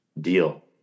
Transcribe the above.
deal